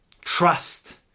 trust